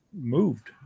moved